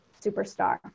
superstar